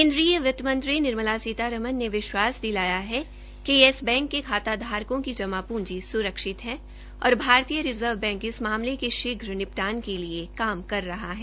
केन्द्रीय वित्तमंत्री निर्मला सीतारमन ने विश्वास दिलाया है कि येस बैंक के खाताधारकों की जमा पूंजी सुरक्षित है और भारतीय रिज़र्व बैंक इस मामले की शीघ्र निपटान के लिए काम कर रहा है